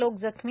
लोक जखमी